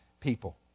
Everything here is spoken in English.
people